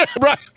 Right